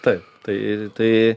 taip tai tai